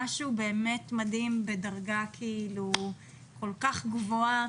משהו באמת מדהים בדרגה כל כך גבוהה